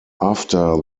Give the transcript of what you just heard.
after